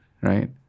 right